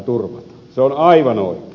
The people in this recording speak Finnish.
se on aivan oikein